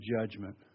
judgment